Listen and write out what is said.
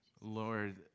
Lord